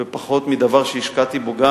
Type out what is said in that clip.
ופחות בדבר שהשקעתי בו גם